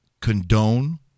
condone